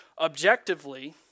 objectively